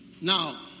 Now